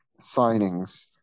signings